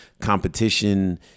competition